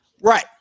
right